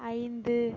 ஐந்து